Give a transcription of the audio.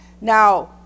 now